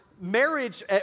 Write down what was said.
Marriage